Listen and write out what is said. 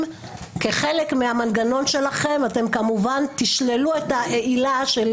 כחלק מהמנגנון שלכם אתם כמובן תשללו את העילה של